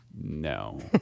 No